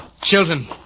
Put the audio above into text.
Children